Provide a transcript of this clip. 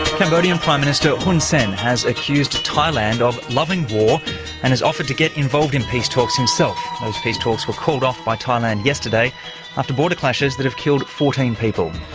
cambodian prime minister, hun sen, has accused thailand of loving war and has offered to get involved in peace talks himself. those peace talks were called off by thailand yesterday after border clashes that have killed fourteen people.